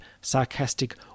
sarcastic